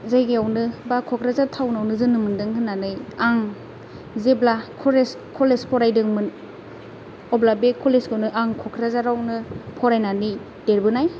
जायगायावनो बा क'क्राझार टाउनावनो जोनोम मोनदों होननानै आं जेब्ला कलेज कलेज फरायदोंमोन अब्ला बे कलेजखौनो आं क'क्राझारावनो फरायनानै देरबोनाय